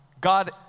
God